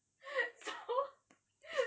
so